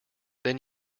then